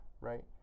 right